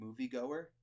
moviegoer